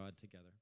together